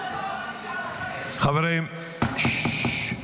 חברים, ששש.